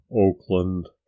Oakland